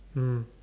mm